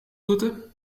route